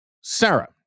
Sarah